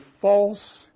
false